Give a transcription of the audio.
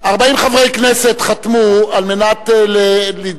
40 חברי כנסת חתמו על מנת לדרוש,